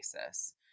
basis